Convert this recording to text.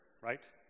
right